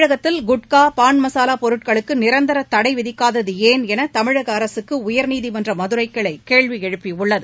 தமிழகத்தில் குட்கா பான்மசாலா பொருட்களுக்கு நிரந்தர தடை விதிக்காதது ஏன் என தமிழக அரசுக்கு உயர்நீதிமன்ற மதுரை கிளை கேள்வி எழுப்பியுள்ளது